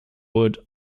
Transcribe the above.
wood